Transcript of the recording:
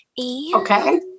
Okay